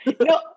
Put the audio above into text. no